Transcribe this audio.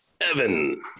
Evan